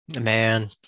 Man